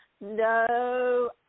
No